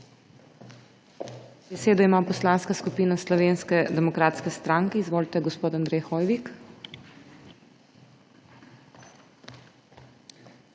Besedo ima Poslanska skupina Slovenske demokratske stranke. Izvolite, gospod Andrej Hoivik.